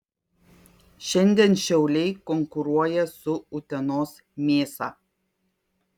šiandien šiauliai konkuruoja su utenos mėsa